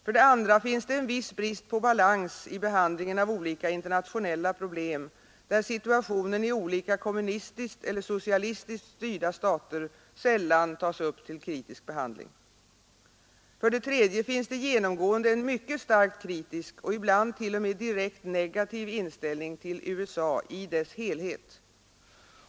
För det andra finns det en viss brist på balans i behandlingen av olika internationella problem, där situationen i olika kommunistiskt eller socialistiskt styrda stater sällan tas upp till kritisk behandling. För det tredje finns det genomgående en mycket starkt kritisk och ibland t.o.m. direkt negativ inställning till USA i dess helhet.